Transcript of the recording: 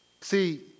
See